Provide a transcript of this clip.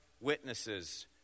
witnesses